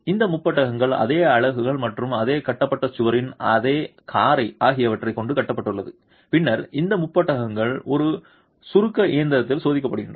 இந்த முப்பட்டகள் அதே அலகுகள் மற்றும் அது கட்டப்பட்ட சுவரின் அதே காரை ஆகியவற்றைக் கொண்டு கட்டப்பட்டுள்ளன பின்னர் இந்த முப்பட்டகங்கள் ஒரு சுருக்க இயந்திரத்திலும் சோதிக்கப்படுகின்றன